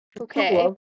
Okay